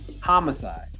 homicide